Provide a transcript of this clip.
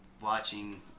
Watching